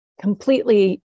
completely